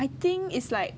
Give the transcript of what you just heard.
I think is like